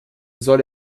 soll